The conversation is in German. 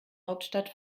hauptstadt